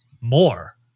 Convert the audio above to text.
more